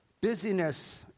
Busyness